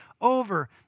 over